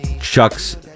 Chuck's